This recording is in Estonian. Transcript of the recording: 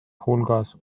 hulgas